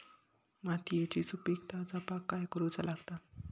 मातीयेची सुपीकता जपाक काय करूचा लागता?